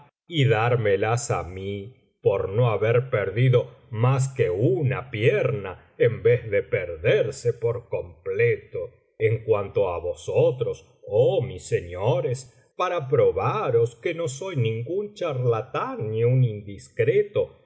y dármelas á mí por no haber perdido mas que una pierna en vez de perderse por completo en cuanto á vosotros oh mis señores í para probaros que no soy ningún charlatán ni un indiscreto ni